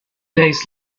days